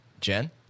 Jen